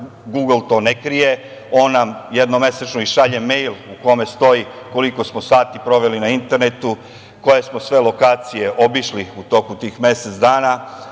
„Gugl“ to ne krije. On nam i jednom mesečno šalje mejl u kome stoji koliko smo sati proveli na internetu, koje smo sve lokacije obišli u toku tih mesec